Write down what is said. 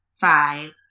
five